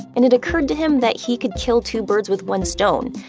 and it occurred to him that he could kill two birds with one stone.